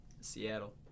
Seattle